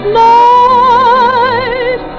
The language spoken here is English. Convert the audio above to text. night